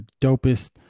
dopest –